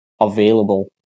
available